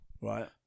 Right